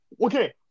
okay